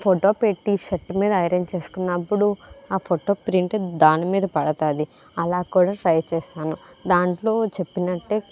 photo పెట్టి shirt మీద iron చేసుకున్నప్పుడు ఆ ఫోటో ప్రింట్ దానిమీద పడుతుంది అలా కూడా ట్రై చేసాను దాంట్లో చెప్పినట్టే